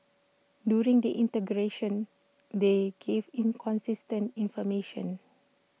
during the interrogation they gave inconsistent information